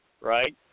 right